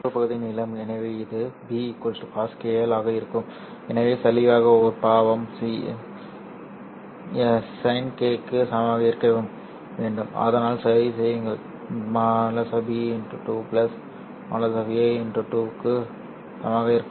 இது இணைப்புப் பகுதியின் நீளம் எனவே இது b cosκL ஆக இருக்கும் எனவே தெளிவாக ஒரு பாவம் sinκL க்கு சமமாக இருக்க வேண்டும் அதனால் சரி செய்யுங்கள் | b | 2 | a | 2 1 க்கு சமமாக இருக்கும்